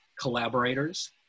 collaborators